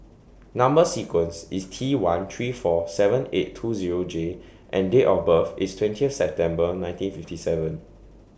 Number sequence IS T one three four seven eight two Zero J and Date of birth IS twenty September nineteen fifty seven